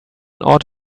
ought